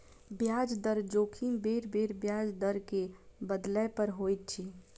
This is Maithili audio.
ब्याज दर जोखिम बेरबेर ब्याज दर के बदलै पर होइत अछि